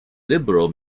liberal